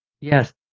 Yes